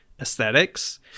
aesthetics